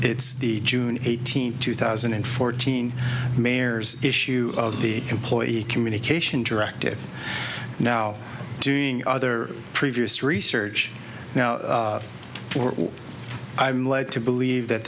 it's the june eighteenth two thousand and fourteen mayor's issue of the employee communication directive now doing other previous research now i'm led to believe that